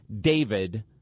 David